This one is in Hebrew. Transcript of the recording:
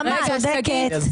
שגית צודקת בנקודה הזאת.